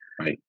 Right